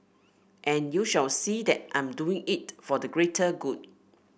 and you shall see that I'm doing it for the greater good